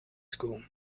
school